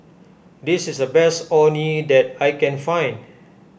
this is the best Orh Nee that I can find